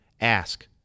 Ask